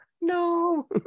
No